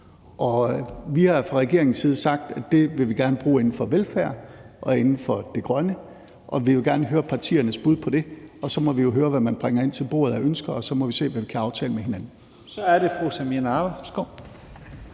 vi har fra regeringens side sagt, at dem vil vi gerne bruge inden for velfærd og inden for det grønne, og vi vil gerne høre partiernes bud på det. Så må vi jo høre, hvad man bringer ind til bordet af ønsker, og så må vi se, hvad vi kan aftale med hinanden. Kl. 17:03 Første